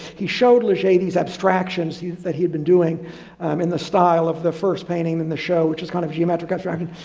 he showed leger these abstractions that he had been doing in the style of the first painting in the show which is kind of geometric abstract. and